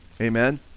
amen